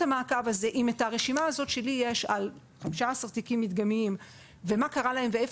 המעקב הזה אם את הרשימה שיש לי על 15 תיקים מדגמיים ומה קרה להם ואיפה